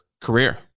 career